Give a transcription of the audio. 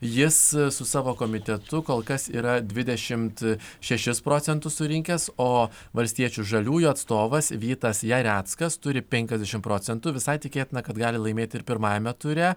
jis su savo komitetu kol kas yra dvidešimt šešis procentus surinkęs o valstiečių žaliųjų atstovas vytas jareckas turi penkiasdešimt procentų visai tikėtina kad gali laimėti ir pirmajame ture